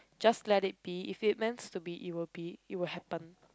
just let it be if it meant to be it will be it will happen